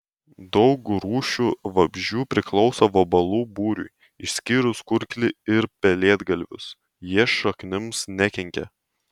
daug rūšių vabzdžių priklauso vabalų būriui išskyrus kurklį ir pelėdgalvius jie šaknims nekenkia